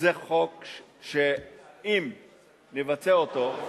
אם נבצע אותו,